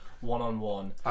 one-on-one